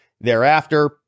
Thereafter